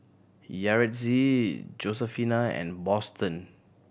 Yaretzi Josefina and Boston